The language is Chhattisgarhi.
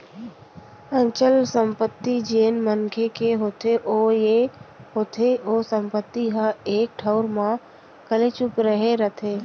अचल संपत्ति जेन मनखे के होथे ओ ये होथे ओ संपत्ति ह एक ठउर म कलेचुप रहें रहिथे